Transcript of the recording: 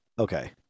Okay